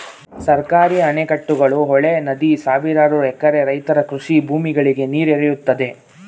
ಸರ್ಕಾರಿ ಅಣೆಕಟ್ಟುಗಳು, ಹೊಳೆ, ನದಿ ಸಾವಿರಾರು ಎಕರೆ ರೈತರ ಕೃಷಿ ಭೂಮಿಗಳಿಗೆ ನೀರೆರೆಯುತ್ತದೆ